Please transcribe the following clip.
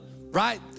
right